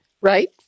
Right